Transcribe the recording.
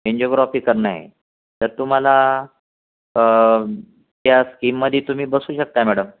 angiography करणं आहे तर तुम्हाला त्या स्कीममध्ये तुम्ही बसू शकता मॅडम